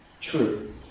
true